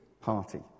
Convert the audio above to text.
party